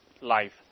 life